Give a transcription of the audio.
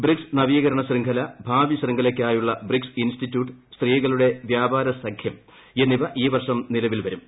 BRICS നവീകരണ ശൃംഖല ഭാവി ശൃംഖലയ്ക്കായുളള ബ്രിക്സ് ഇൻസ്റ്റിറ്റ്യൂട്ട് സ്ത്രീകളുടെ വ്യാപാര സഖ്യം എന്നിവ ഈ വർഷം നിലവിൽ വരും